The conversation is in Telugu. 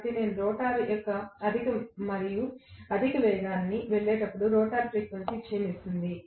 కాబట్టి నేను రోటర్ యొక్క అధిక మరియు అధిక వేగానికి వెళ్ళేటప్పుడు రోటర్ ఫ్రీక్వెన్సీ క్షీణిస్తుంది